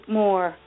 more